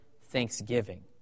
thanksgiving